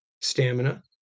stamina